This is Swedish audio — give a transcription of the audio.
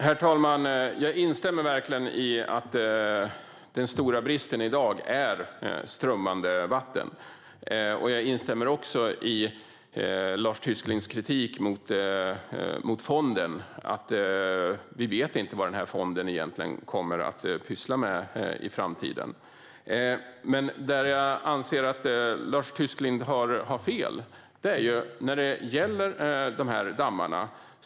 Herr talman! Jag instämmer verkligen i att den stora bristen i dag är strömmande vatten. Jag instämmer också i Lars Tysklinds kritik mot fonden; vi vet inte vad denna fond egentligen kommer att pyssla med i framtiden. Jag anser dock att Lars Tysklind har fel när det gäller dessa dammar.